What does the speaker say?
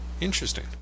interesting